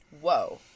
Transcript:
Whoa